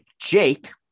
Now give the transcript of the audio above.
Jake